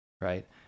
right